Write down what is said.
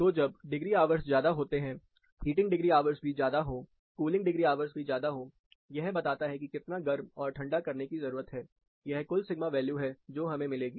तो जब degree hours ज्यादा होते हैं हीटिंग डिग्री आवर्स भी ज्यादा हो कूलिंग डिग्री आवर्स भी ज्यादा हो यह बताता है कि कितना गर्म और ठंडा करने की जरूरत है यह कुल सिगमा वैल्यू है जो हमें मिलेगी